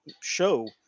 show